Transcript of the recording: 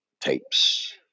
tapes